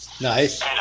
Nice